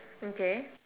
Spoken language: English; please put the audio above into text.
okay